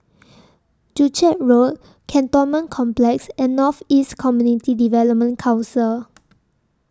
Joo Chiat Road Cantonment Complex and North East Community Development Council